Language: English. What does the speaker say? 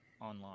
online